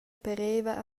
pareva